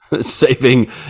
Saving